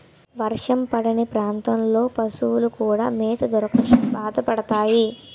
వర్షం పడని ప్రాంతాల్లో పశువులు కూడా మేత దొరక్క బాధపడతాయి